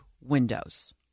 windows